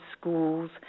schools